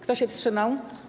Kto się wstrzymał?